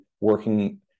working